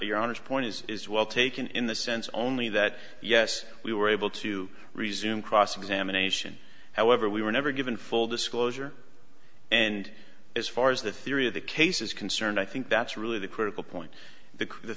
your honor's point is is well taken in the sense only that yes we were able to resume cross examination however we were never given full disclosure and as far as the theory of the case is concerned i think that's really the critical point that the